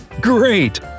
Great